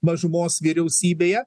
mažumos vyriausybėje